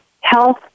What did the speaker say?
Health